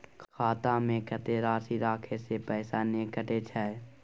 खाता में कत्ते राशि रखे से पैसा ने कटै छै?